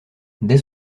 dès